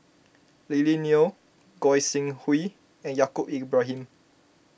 Lily Neo Goi Seng Hui and Yaacob Ibrahim